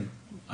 כן,